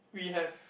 we have